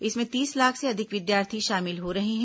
इसमें तीस लाख से अधिक विद्यार्थी शामिल हो रहे हैं